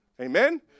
Amen